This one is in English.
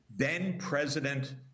Then-President